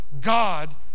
God